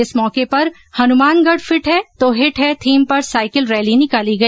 इस मौके पर हनुमानगढ फिट है तो हिट है थीम पर साईकिल रैली निकाली गई